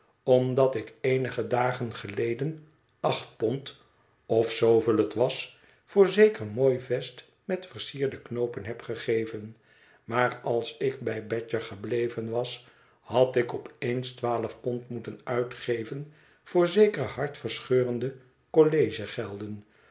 omdat ik eenige dagen geleden acht pond of zooveel het was voor zeker mooi vest met versierde knoopen heb gegeven maar als ik bij badger gebleven was had ik op eens twaalf pond moeten uitgeven voor zekere hartverscheurende